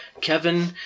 Kevin